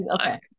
Okay